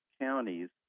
counties